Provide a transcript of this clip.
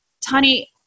Tani